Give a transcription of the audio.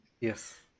Yes